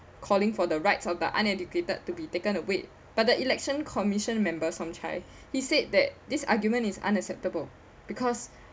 calling for the rights of the uneducated to be taken away but the election commission members pornchai he said that this argument is unacceptable because